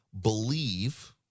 believe